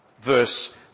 Verse